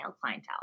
clientele